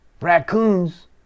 Raccoons